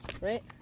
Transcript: right